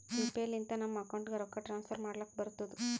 you P I ಲಿಂತ ನಮ್ ಅಕೌಂಟ್ಗ ರೊಕ್ಕಾ ಟ್ರಾನ್ಸ್ಫರ್ ಮಾಡ್ಲಕ್ ಬರ್ತುದ್